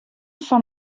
fan